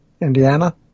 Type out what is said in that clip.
Indiana